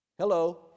Hello